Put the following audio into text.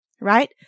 right